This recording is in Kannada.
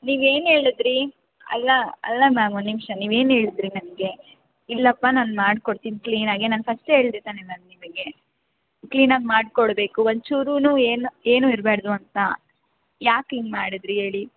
ನೀವೇನು ಹೇಳದ್ರಿ ಅಲ್ಲ ಅಲ್ಲ ಮ್ಯಾಮ್ ಒಂದ್ ನಿಮಿಷ ನೀವು ಏನು ಹೇಳದ್ರಿ ನನಗೆ ಇಲ್ಲಪ್ಪ ನಾನು ಮಾಡ್ಕೊಡ್ತೀನಿ ಕ್ಲೀನಾಗಿ ನಾನು ಫಸ್ಟೇ ಹೇಳ್ದೆ ತಾನೇ ಮ್ಯಾಮ್ ನಿಮಗೆ ಕ್ಲೀನಾಗಿ ಮಾಡಿಕೊಡ್ಬೇಕು ಒಂಚೂರೂ ಏನು ಏನು ಇರಬಾರ್ದು ಅಂತ ಯಾಕಿಂಗೆ ಮಾಡಿದ್ರಿ ಹೇಳಿ